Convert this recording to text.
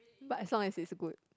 but as long as its good